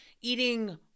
eating